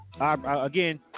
again